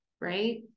Right